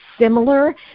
similar